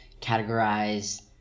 categorize